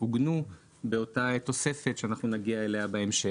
עוגנו באותה תוספת שנגיע אליה בהמשך.